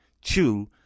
Chew